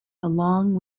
along